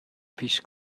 پیش